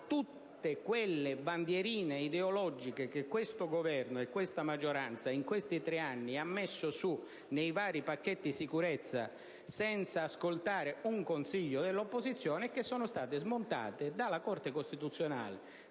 tutte quelle bandierine ideologiche che il Governo e la maggioranza in questi tre anni hanno posto sui vari pacchetti sicurezza, senza ascoltare alcun consiglio dell'opposizione, e che sono state smontate dalla Corte costituzionale